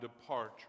departure